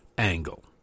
angle